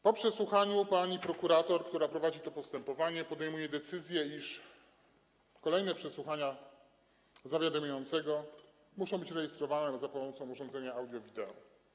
Po przesłuchaniu pani prokurator, która prowadzi to postępowanie, podejmuje decyzję, iż kolejne przesłuchania zawiadamiającego muszą być rejestrowane za pomocą urządzenia audio-wideo.